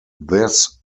this